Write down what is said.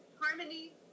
harmony